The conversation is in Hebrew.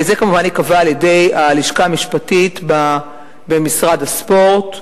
זה כמובן ייקבע על-ידי הלשכה המשפטית במשרד הספורט,